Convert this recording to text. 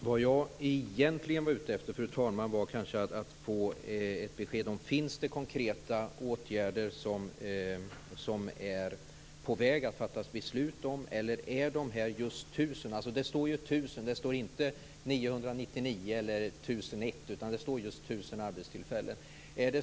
Fru talman! Egentligen var jag ute efter att få ett besked om det finns konkreta åtgärder som är på väg att fattas beslut om. Det står ju 1 000 arbetstillfällen. Det står inte 999 eller 1 001, utan just 1 000.